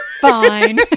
Fine